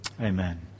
Amen